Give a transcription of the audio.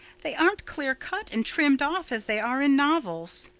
they aren't clear-cut and trimmed off, as they are in novels.